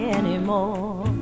anymore